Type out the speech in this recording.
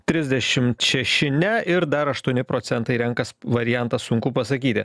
trisdešimt šeši ne ir dar aštuoni procentai renkas variantą sunku pasakyti